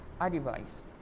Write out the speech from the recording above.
advice